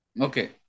Okay